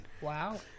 wow